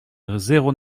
zéro